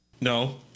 No